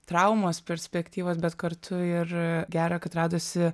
traumos perspektyvos bet kartu ir gera kad radosi